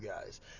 guys